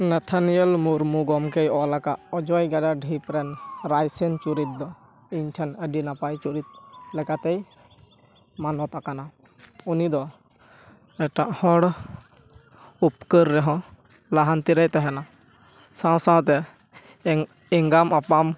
ᱱᱟᱛᱷᱟᱱᱤᱭᱟᱱ ᱢᱩᱨᱢᱩ ᱜᱚᱢᱠᱮᱭ ᱚᱞ ᱟᱠᱟᱫ ᱚᱡᱚᱭ ᱜᱟᱰᱟ ᱰᱷᱤᱯ ᱨᱮᱱ ᱨᱟᱭᱥᱮᱱ ᱪᱩᱨᱤᱛ ᱤᱧ ᱴᱷᱮᱱ ᱟᱹᱰᱤ ᱱᱟᱯᱟᱭ ᱪᱩᱨᱤᱛ ᱞᱮᱠᱟᱛᱮᱭ ᱢᱟᱱᱚᱛ ᱟᱠᱟᱱᱟ ᱩᱱᱤ ᱫᱚ ᱮᱴᱟᱜ ᱦᱚᱲ ᱩᱯᱠᱟᱹᱨ ᱨᱮᱦᱚᱸ ᱞᱟᱦᱟᱱᱛᱤ ᱨᱮᱭ ᱛᱟᱦᱮᱱᱟ ᱥᱟᱶ ᱥᱟᱶᱛᱮ ᱮᱸᱜᱟᱢ ᱟᱯᱟᱢ